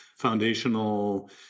foundational